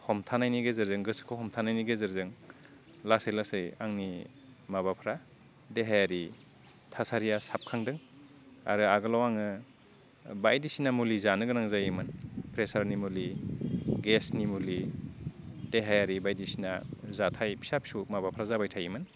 हमथानायनि गेजेरजों गोसोखौ हमथानायनि गेजेरजों लासै लासै आंनि माबाफ्रा देहायारि थासारिया साबखांदों आरो आगोलाव आङो बायदिसिना मुलि जानो गोनां जायोमोन प्रेसारनि मुलि गेसनि मुलि देहायारि बायदिसिना जाथाय फिसा फिसौ माबाफ्रा जाबाय थायोमोन